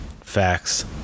Facts